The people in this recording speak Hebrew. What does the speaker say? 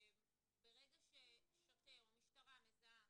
ברגע ששוטר מזהה